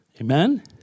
Amen